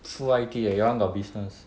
full I_T leh your [one] got business